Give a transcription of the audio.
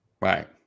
Right